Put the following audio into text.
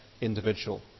individual